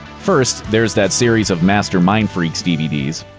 first, there's that series of master mindfreaks dvds.